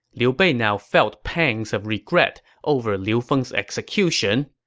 liu bei now felt pangs of regret over liu feng's execution.